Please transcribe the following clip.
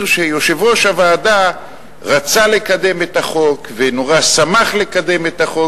שיושב-ראש הוועדה רצה לקדם את החוק ונורא שמח לקדם את החוק,